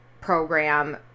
program